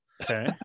Okay